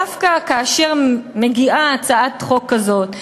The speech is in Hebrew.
דווקא כאשר מגיעה הצעת חוק כזאת,